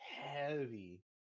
Heavy